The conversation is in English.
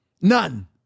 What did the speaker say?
None